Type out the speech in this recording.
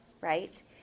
right